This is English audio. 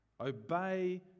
Obey